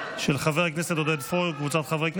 של חבר הכנסת עודד פורר וקבוצת חברי הכנסת,